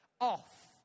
off